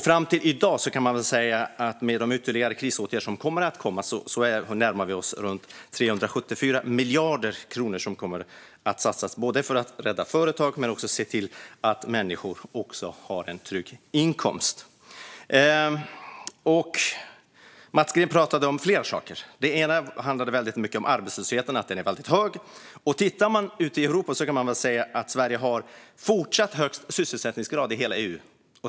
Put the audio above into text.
Fram till i dag, med de ytterligare krisåtgärder som kommer att komma, närmar vi oss 374 miljarder kronor som kommer att satsas, både för att rädda företag och för att se till att människor har en trygg inkomst. Mats Green pratade om flera saker. Det handlade väldigt mycket om arbetslösheten och att den är väldigt hög. Tittar man ut i Europa kan man se att Sverige fortsatt har högst sysselsättningsgrad i hela EU.